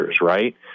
right